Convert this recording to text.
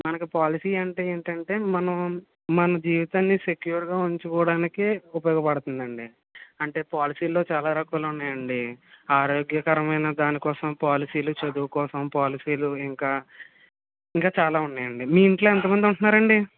మనకి పోలసీ అంటే ఏంటంటే మనం మన జీవితాన్ని సెక్యూర్గా ఉంచుకోడానికి ఉపయోగపడుతుందండీ అంటే పోలసీల్లో చాల రకాలు ఉన్నాయండి ఆరోగ్యకరమైన దాని కోసం పాలసీలు చదువు కోసం పోలసీలు ఇంకా ఇంకా చాలా ఉన్నాయండి మీ ఇంట్లో ఎంత మంది ఉంటున్నారండి